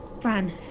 Fran